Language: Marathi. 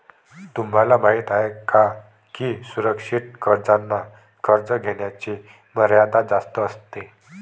तुम्हाला माहिती आहे का की सुरक्षित कर्जांना कर्ज घेण्याची मर्यादा जास्त असते